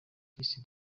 disi